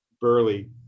Burley